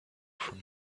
from